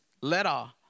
letter